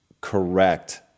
correct